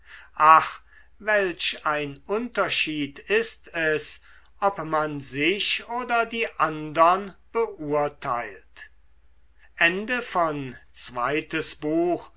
welch ein unterschied ist es ob man sich oder die andern beurteilt